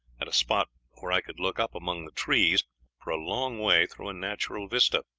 at a spot where i could look up among the trees for a long way through a natural vista.